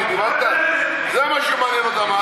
זה מה שמעניין אותם,